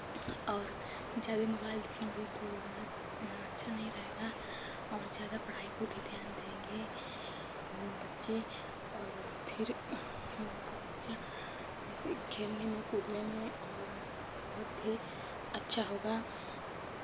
और ज़्यादे मोबाइल देखेंगे तो यह अच्छा नहीं रहेगा और ज़्यादा पढ़ाई पे भी ध्यान देंगे बच्चे और फिर हम लोग का बच्चा जैसे खेलने में कूदने में और बहुत ही अच्छा होगा